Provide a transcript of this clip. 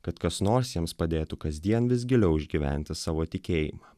kad kas nors jiems padėtų kasdien vis giliau išgyventi savo tikėjimą